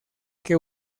que